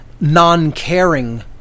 non-caring